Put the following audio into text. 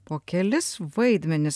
po kelis vaidmenis